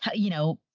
yeah you know,